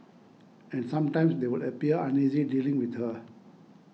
and sometimes they would appear uneasy dealing with her